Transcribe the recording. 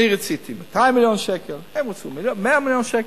אני רציתי 200 מיליון שקל, הם רצו 100 מיליון שקל,